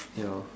ya